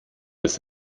des